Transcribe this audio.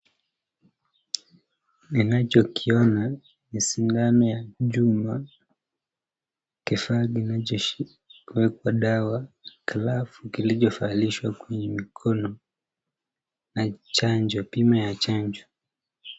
Ninachokiona ni sindano ya chuma ,kifaa kinachowekwa dawa, glavu kilichovalishwa kwenye mikono na pime ya chanjo.